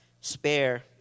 spare